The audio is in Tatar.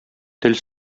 тел